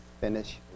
finish